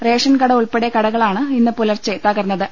റേഷൻകട ഉൾപ്പെടെ കടകളാണ് ഇന്ന് പുലർച്ചെ തകർന്നത്